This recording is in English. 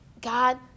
God